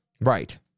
Right